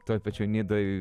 toj pačioj nidoj